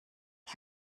ich